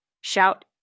Shout